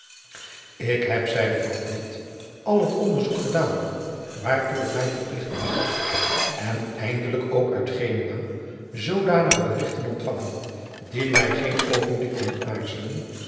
k heb zeide al het onderzoek gedaan waartoe ik mij verpligt achtte en eindelijk ook uit enua zoodanige berigten ontvangen die mij geen oogenblik doen aarzelen